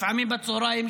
לפעמים בצוהריים,